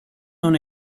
own